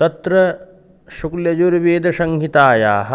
तत्र शुक्ल्यजुर्वेदसंहितायाः